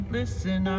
Listen